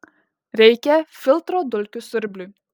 reikia filtro dulkių siurbliui